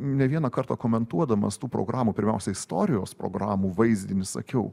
ne vieną kartą komentuodamas tų programų pirmiausia istorijos programų vaizdinį sakiau